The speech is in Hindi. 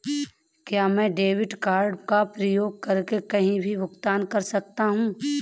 क्या मैं डेबिट कार्ड का उपयोग करके कहीं भी भुगतान कर सकता हूं?